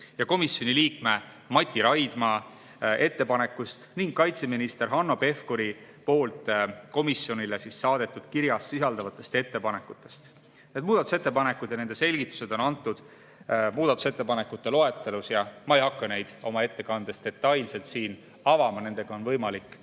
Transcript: ja komisjoni liikme Mati Raidma ettepanekust ning kaitseminister Hanno Pevkuri komisjonile saadetud kirjas sisalduvatest ettepanekutest. Need muudatusettepanekud ja nende selgitused on antud muudatusettepanekute loetelus. Ma ei hakka neid oma ettekandes detailselt avama, nendega on teil võimalik